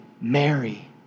Mary